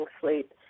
sleep